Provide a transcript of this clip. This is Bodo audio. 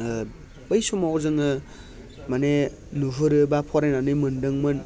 ओ बै समाव जोङो माने नुहुरो बा फरायनानै मोनदोंमोन